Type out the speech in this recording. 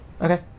Okay